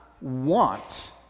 want